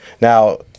Now